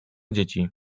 dzieci